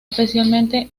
especialmente